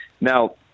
Now